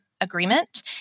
agreement